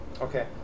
Okay